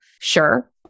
Sure